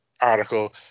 article